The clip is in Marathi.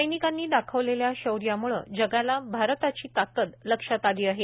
सैनिकांनी दाखविलेल्या शौर्याम्ळं जगाला भारताची ताकद लक्षात आली आहे